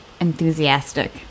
enthusiastic